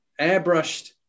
airbrushed